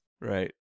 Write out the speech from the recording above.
Right